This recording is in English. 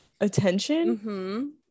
attention